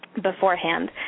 beforehand